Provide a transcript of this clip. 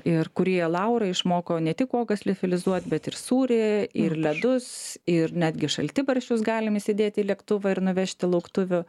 ir kurie laura išmoko ne tik uogas liofilizuot bet ir sūrį ir ledus ir netgi šaltibarščius galim įsidėt į lėktuvą ir nuvežti lauktuvių